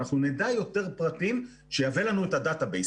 אנחנו נדע יותר פרטים שיהוו לנו את הדאטה בייס.